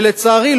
ולצערי,